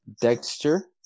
Dexter